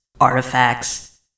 Artifacts